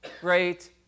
great